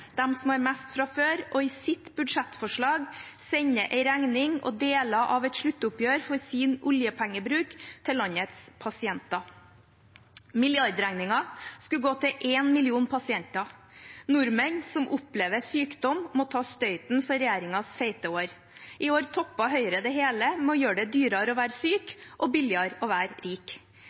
dem som har mest fra før, og i sitt budsjettforslag sender en regning og deler av et sluttoppgjør for sin oljepengebruk til landets pasienter. Milliardregningen skal gå til en million pasienter. Nordmenn som opplever sykdom, må ta støyten for regjeringens fete år. I år topper Høyre det hele med å gjøre det dyrere å være syk og billigere å være rik.